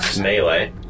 melee